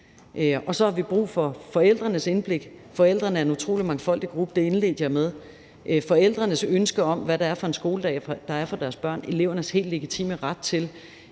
Så har vi brug for forældrenes indblik. Forældrene er en utrolig mangfoldig gruppe – og det indledte jeg også med at sige. Vi har brug for forældrenes ønske om, hvad det er for en skoledag, der skal være for deres børn, og så er der elevernes helt legitime ret til